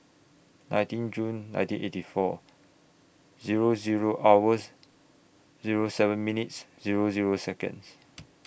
nineteen June nineteen eighty four Zero Zero hours Zero seven minutes Zero Zero Seconds